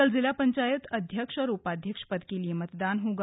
कल जिला पंचायत अध्यक्ष और उपाध्यक्ष पद के लिए मतदान होगा